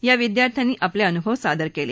या विद्यार्थ्यांनी आपले अनुभव सादर केले